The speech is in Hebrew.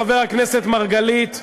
חבר הכנסת מרגלית,